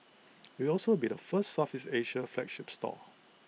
it'll also be the first Southeast Asia flagship store